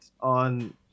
on